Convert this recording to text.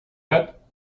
gat